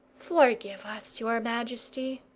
forgive us, your majesty.